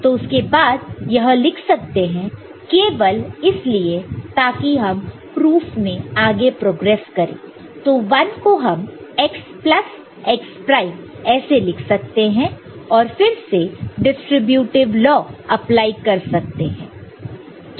तो उसके बाद यह लिख सकते हैं केवल इसलिए ताकि हम प्रूफ में आगे प्रोग्रेस करें तो 1 को हम x प्लस x प्राइम ऐसे लिख सकते हैं और फिर से डिस्ट्रीब्यूटीव लॉ अप्लाई सकते हैं